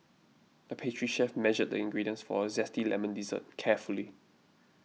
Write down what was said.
the pastry chef measured the ingredients for a Zesty Lemon Dessert carefully